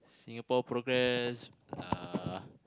Singapore progress uh